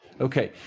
Okay